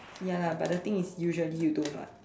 ya lah but the thing is usually you don't [what]